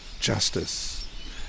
justice